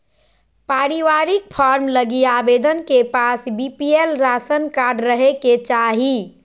पारिवारिक फार्म लगी आवेदक के पास बीपीएल राशन कार्ड रहे के चाहि